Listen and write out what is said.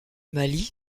mali